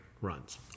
runs